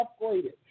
upgraded